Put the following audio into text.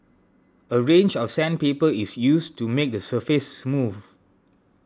a range of sandpaper is used to make the surface smooth